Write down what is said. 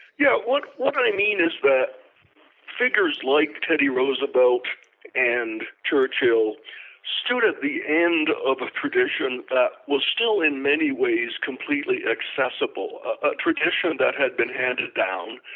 yeah, what what i mean is that figures like teddy roosevelt and churchill stood at the end of a tradition that was still in many ways completely accessible, a tradition that had been handed down.